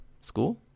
School